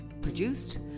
produced